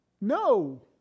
No